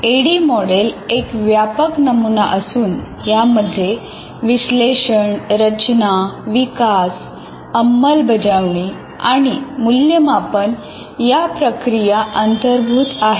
eddy model एक व्यापक नमुना असून यामध्ये विश्लेषण रचना विकास अंमलबजावणी आणि मूल्यमापन या प्रक्रिया अंतर्भूत आहेत